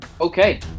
Okay